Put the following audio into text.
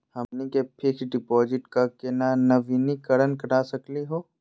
हमनी के fix deposit क केना नवीनीकरण करा सकली हो?